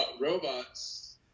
Robots